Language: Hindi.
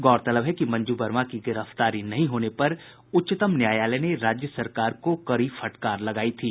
गौरतलब है कि मंजू वर्मा की गिरफ्तारी नहीं होने पर उच्चतम न्यायालय ने राज्य सरकार को कड़ी फटकार लगायी थी